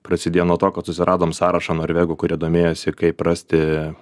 prasidėjo nuo to kad susiradom sąrašą norvegų kurie domėjosi kaip rasti